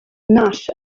nash